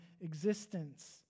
existence